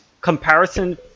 comparison